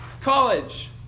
College